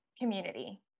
community